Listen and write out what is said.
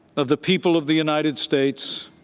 of the people of the united states.